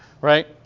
right